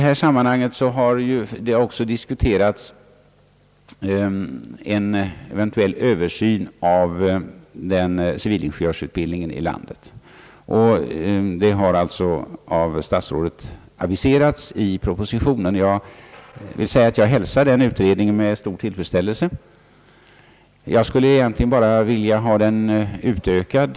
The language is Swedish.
I detta sammanhang har också en eventuell översyn av civilingenjörsutbildningen i landet diskuterats. En sådan översyn har i proposition aviserats av statsrådet. Jag hälsar en utredning om denna fråga med stor tillfredsställelse. Men jag skulle vilja ha denna översyn utökad.